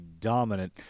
dominant